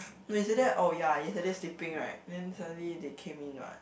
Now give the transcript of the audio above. no yesterday oh ya yesterday sleeping right then suddenly they came in what